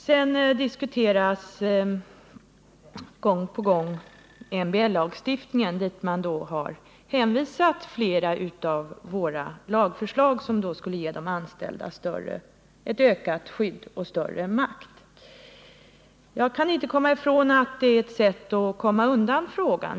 Medbestämmandelagstiftningen diskuteras gång på gång. Man har hänvisat flera av våra lagförslag, som skulle ge de anställda ökat skydd och större makt, till MBL. Jag kan inte komma ifrån att det är ett sätt att komma undan frågan.